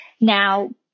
Now